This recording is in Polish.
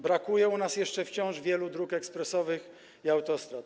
Brakuje u nas jeszcze wciąż wielu dróg ekspresowych i autostrad.